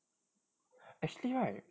actually right